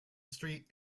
street